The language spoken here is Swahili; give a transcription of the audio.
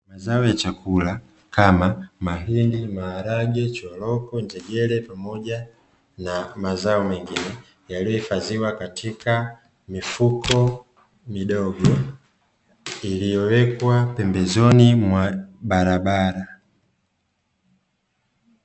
Mazao ya chakula kama mahindi, maharage, choroko, njegere pamoja na mazao mengine yaliyohifadhiwa katika mifuko midogo iliyowekwa pembezoni mwa barabara.